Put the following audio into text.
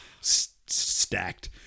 stacked